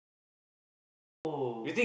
siao bro